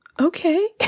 okay